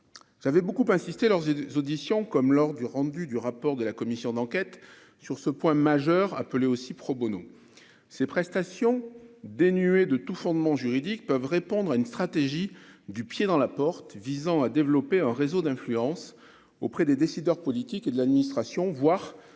j'avais beaucoup insisté lors des auditions, comme lors du rendu du rapport de la commission d'enquête sur ce point majeur aussi pro Bono, ses prestations dénuées de tout fondement juridique peuvent répondre à une stratégie du pied dans la porte, visant à développer un réseau d'influence auprès des décideurs politiques et de l'administration, voire